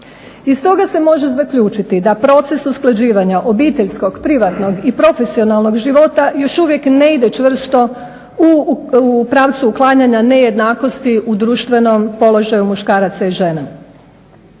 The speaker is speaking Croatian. Iz toga se može zaključiti da proces usklađivanja obiteljskog, privatnog i profesionalnog života još uvijek ne ide čvrsto u pravcu uklanja nejednakosti u društvenom položaju muškaraca i žene.